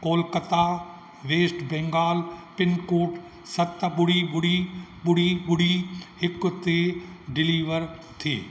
Kolkata West Bengal pin code सत ॿुड़ी ॿुड़ी ॿुड़ी ॿुड़ी हिकु ते डिलीवर थिए